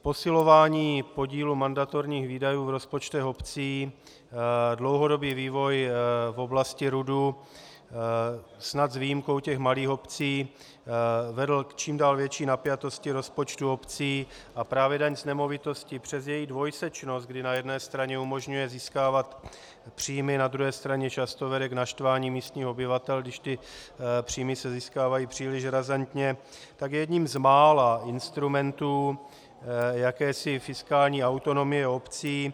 Posilování podílu mandatorních výdajů v rozpočtech obcí, dlouhodobý vývoj v oblasti RUDu snad s výjimkou těch malých obcí vedl k čím dál větší napjatosti rozpočtů obcí a právě daň z nemovitostí přes její dvojsečnost, kdy na jedné straně umožňuje získávat příjmy, na druhé straně často vede k naštvání místních obyvatel, když ty příjmy se získávají příliš razantně, je jedním z mála instrumentů jakési fiskální autonomie obcí.